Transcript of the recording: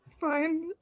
Fine